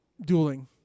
dueling